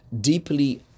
deeply